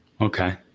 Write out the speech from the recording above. Okay